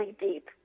deep